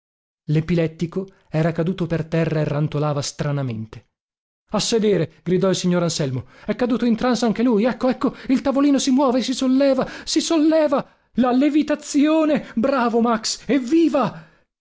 terenzio lepilettico era caduto per terra e rantolava stranamente a sedere gridò il signor anselmo è caduto in trance anche lui ecco ecco il tavolino si muove si solleva si solleva la levitazione bravo max evviva